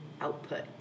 output